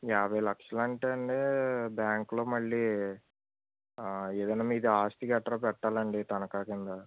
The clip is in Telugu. యాభై లక్షలు అంటే అండి బ్యాంక్లో మళ్ళీ ఏదన్న మీది ఆస్తి గట్రా పెట్టాలండి తనఖా కింద